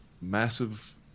massive